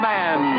Man